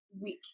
week